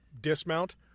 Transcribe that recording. dismount